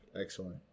excellent